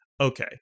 Okay